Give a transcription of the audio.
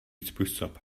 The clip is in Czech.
způsob